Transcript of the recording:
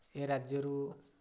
ଏ ରାଜ୍ୟରୁ